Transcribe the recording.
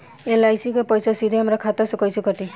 LIC के पईसा सीधे हमरा खाता से कइसे कटी?